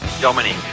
Dominic